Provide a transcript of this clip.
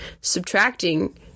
subtracting